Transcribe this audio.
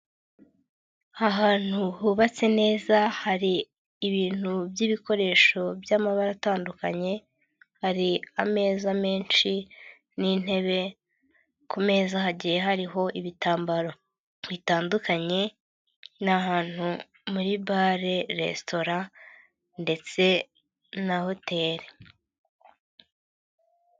Ahantu hubatse neza hari ibintu by'ibikoresho by'amabara atandukanye, hari ameza menshi n'intebe, kumeza hagiye hariho ibitambaro bitandukanye, ni ahantu muri bare resitora ndetse na hoteri.